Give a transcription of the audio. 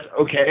okay